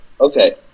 Okay